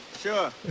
Sure